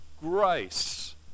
Grace